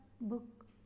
book